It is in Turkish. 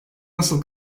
nasıl